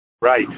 right